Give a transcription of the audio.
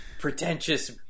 pretentious